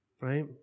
right